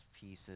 pieces